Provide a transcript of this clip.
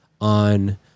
on